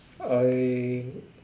I